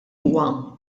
huwa